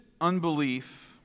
unbelief